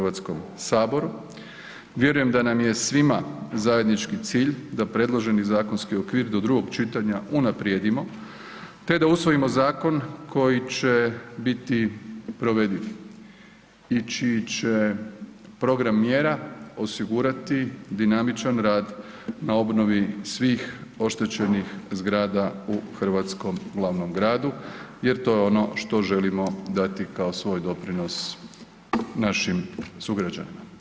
Vjerujem da nam je svima zajednički cilj da predloženi zakonski okvir do drugog čitanja unaprijedimo, te da usvojimo zakon koji će biti provediv i čiji će program mjera osigurati dinamičan rad na obnovi svih oštećenih zgrada u hrvatskom glavnom gradu jer to je ono što želimo dati kao svoj doprinos našim sugrađanima.